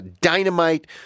dynamite